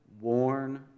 worn